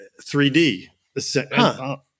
3d